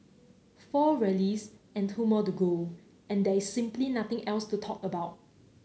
four rallies and two more to go and there is simply nothing else to talk about